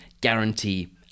guarantee